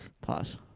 pause